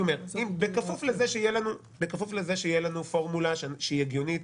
בכפוף לזה שתהיה לנו פורמולה שהיא הגיונית,